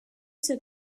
said